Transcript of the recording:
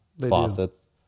faucets